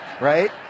right